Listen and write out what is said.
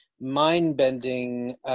mind-bending